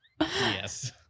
Yes